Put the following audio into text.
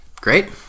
Great